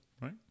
Right